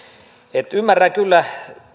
ymmärrän kyllä